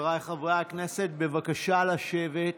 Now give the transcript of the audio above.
חבריי חברי הכנסת, בבקשה לשבת.